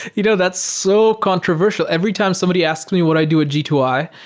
you know that's so controversial. every time somebody asks me what i do g two i,